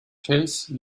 case